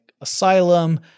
Asylum